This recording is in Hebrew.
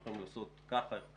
אנחנו יכולים לעשות כך או אחרת.